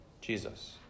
Jesus